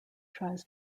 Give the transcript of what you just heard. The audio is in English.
tries